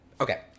Okay